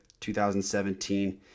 2017